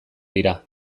dira